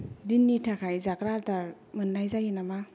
दिननि थाखाय जाग्रा आदार मोन्नाय जायो नामा